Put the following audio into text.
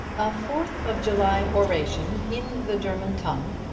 a fourth of july oration in the german tongue,